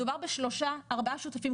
מדובר בשלושה-ארבעה שותפים,